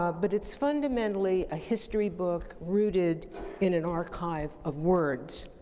um but it's fundamentally a history book rooted in an archive of words.